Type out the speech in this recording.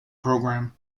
programme